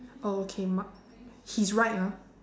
oh okay mark his right ah